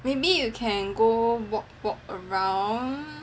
maybe we can go walk walk around